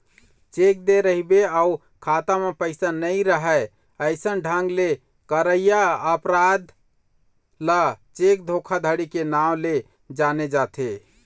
cheque दे रहिबे अउ खाता म पइसा नइ राहय अइसन ढंग ले करइया अपराध ल चेक धोखाघड़ी के नांव ले जाने जाथे